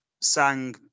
Sang